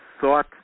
thought